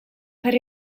per